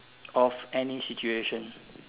of any situation